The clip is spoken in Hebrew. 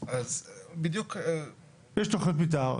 יש תכנית מתאר,